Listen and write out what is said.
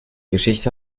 geschichte